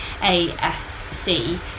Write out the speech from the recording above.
asc